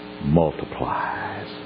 multiplies